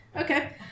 Okay